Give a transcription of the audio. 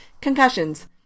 concussions